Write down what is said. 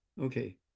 Okay